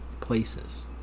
places